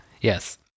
Yes